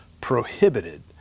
prohibited